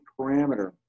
parameter